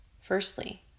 Firstly